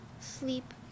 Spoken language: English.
sleep